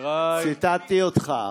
ציטטתי אותך,